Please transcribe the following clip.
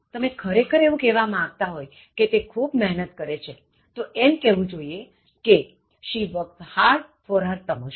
તમે ખરેખર એવું કહેવા માગતા હોય કે તે ખૂબ મહેનત કરે છે તો એમ કહેવું જોઇએ કે She works hard for her promotion